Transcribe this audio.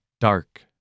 Dark